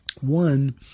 One